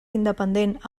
independent